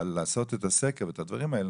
אבל לעשות את הסקר ואת הדברים האלה,